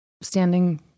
standing